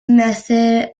method